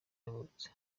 yavutse